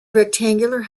rectangular